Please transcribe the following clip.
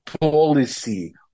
policy